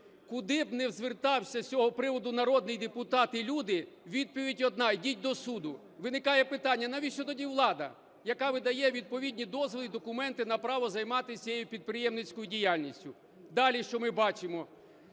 Куди б не звертався з цього приводу народний депутат і люди, відповідь одна – йдіть до суду. Виникає питання: навіщо тоді влада, яка видає відповідні дозволи і документи на право займатись цією підприємницькою діяльністю? Далі, що ми бачимо.